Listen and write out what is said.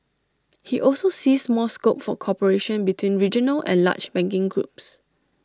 he also sees more scope for cooperation between regional and large banking groups